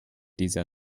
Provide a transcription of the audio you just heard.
dieser